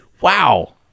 wow